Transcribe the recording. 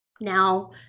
now